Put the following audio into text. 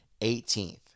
18th